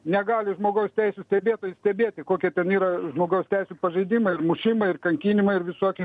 negali žmogaus teisių stebėtojai stebėti kokie ten yra žmogaus teisių pažeidimai ir mušimai ir kankinimai ir visokie